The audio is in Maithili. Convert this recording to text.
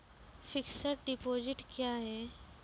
फिक्स्ड डिपोजिट क्या हैं?